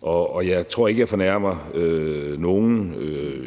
Og jeg tror ikke, jeg fornærmer nogen,